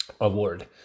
award